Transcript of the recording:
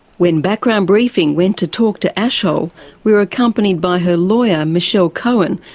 when background briefing went to talk to ashol, we were accompanied by her lawyer michelle cohen,